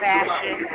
Fashion